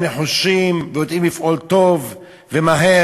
הם נחושים ויודעים לפעול טוב ומהר.